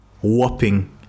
whopping